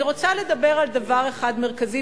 אני רוצה לדבר על דבר אחד מרכזי,